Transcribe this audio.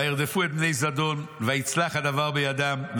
וירדפו את בני זדון ויצלח הדבר בידם.